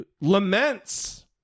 laments